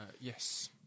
Yes